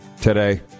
today